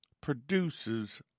produces